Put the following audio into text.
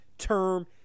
term